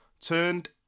turned